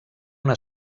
una